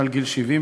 מעל גיל 70,